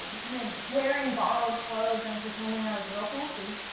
kind of wearing borrowed clothes and pretending i was real fancy.